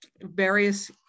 various